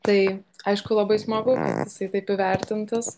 tai aišku labai smagu kad jisai taip įvertintas